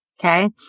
Okay